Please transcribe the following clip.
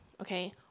okay